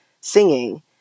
singing